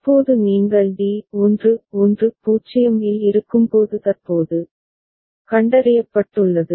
இப்போது நீங்கள் d 1 1 0 இல் இருக்கும்போது தற்போது கண்டறியப்பட்டுள்ளது